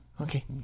Okay